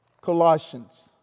Colossians